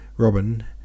Robin